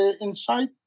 inside